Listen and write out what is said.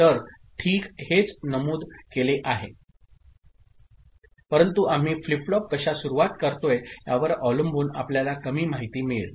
तर ठीक हेच नमूद केले आहे परंतु आम्ही फ्लिप फ्लॉप कशा सुरवात करतोय यावर अवलंबून आपल्याला कमी माहिती मिळेल